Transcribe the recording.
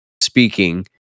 speaking